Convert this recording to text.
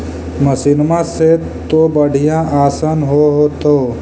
मसिनमा से तो बढ़िया आसन हो होतो?